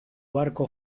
barco